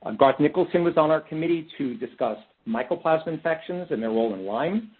and garth nicolson was on our committee to discuss microplasma infections and their role in lyme.